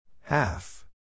Half